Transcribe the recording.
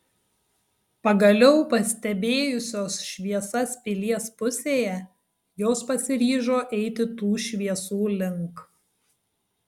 pagaliau pastebėjusios šviesas pilies pusėje jos pasiryžo eiti tų šviesų link